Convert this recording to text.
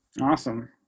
Awesome